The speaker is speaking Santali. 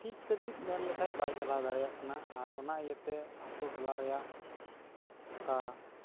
ᱛᱤᱥ ᱦᱟᱹᱵᱤᱡ ᱢᱮᱱ ᱞᱮᱠᱷᱟᱡ ᱵᱟᱭ ᱪᱟᱞᱟᱣ ᱫᱟᱲᱮᱭᱟᱜ ᱠᱟᱱᱟ ᱟᱨ ᱚᱱᱟ ᱤᱭᱟᱹ ᱛᱮ ᱟᱹᱛᱩ ᱴᱚᱞᱟ ᱨᱮᱭᱟᱜ ᱚᱠᱟ